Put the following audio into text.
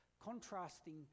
contrasting